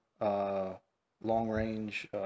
long-range